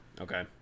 okay